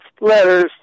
letters